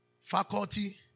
Faculty